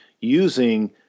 using